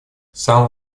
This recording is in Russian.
самым